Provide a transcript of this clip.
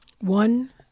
one